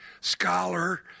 scholar